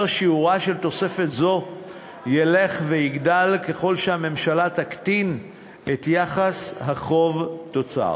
שיעורה של תוספת זו ילך ויגדל ככל שהממשלה תקטין את יחס החוב תוצר.